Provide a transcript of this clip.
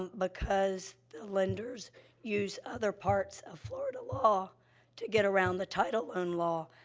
because the lenders use other parts of florida law to get around the title loan law.